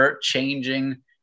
changing